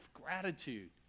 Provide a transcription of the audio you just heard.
gratitude